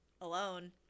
alone